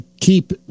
keep